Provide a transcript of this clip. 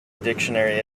dictionary